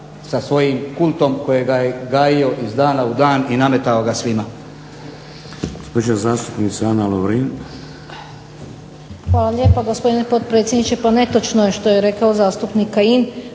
sa svojim kultom kojega je gajio iz dana u dan i nametao ga svima.